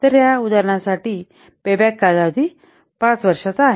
तर या उदाहरणासाठी पेबॅक कालावधी 5 वर्षांचा आहे